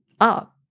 up